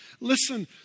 Listen